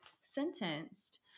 sentenced